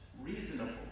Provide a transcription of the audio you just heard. reasonable